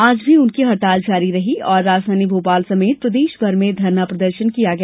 आज भी उनकी हड़ताल जारी रही और राजधानी भोपाल समेत प्रदेशभर में धरना प्रदर्शन किया गया